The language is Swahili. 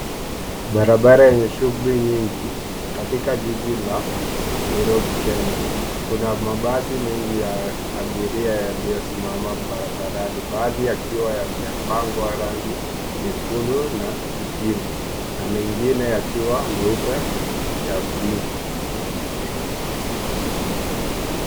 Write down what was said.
Barabara yenye shughuli nyingi katika jiji la Nairobi Kenya. Kuna mabasi mengi ya abiria yaliyosimama barabarani baadhi yakiwa yamepakwa rangi nyekundu na kijivu na mengine yakiwa meupe na buluu.